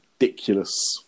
ridiculous